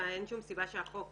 ואין שום סיבה שהחוק